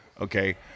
okay